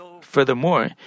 Furthermore